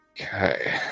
Okay